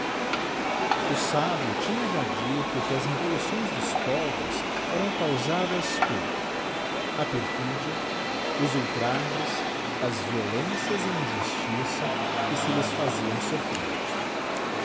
o sábio tinha já dicto que as revoluções dos povos eram causadas por a perfidia os ultrages as violências e injustiça que se lhes faziam soflrer